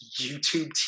YouTube